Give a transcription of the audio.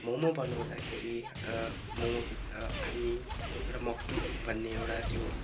मोमो बनाउँदाखेरि मोमोभित्र हामी एउटा मक्टु भन्ने एउटा त्यो